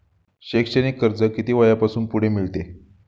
शैक्षणिक कर्ज किती वयापासून पुढे मिळते?